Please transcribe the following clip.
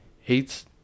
hates